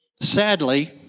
Sadly